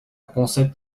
concept